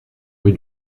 rue